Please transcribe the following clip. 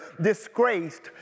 disgraced